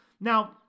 Now